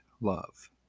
love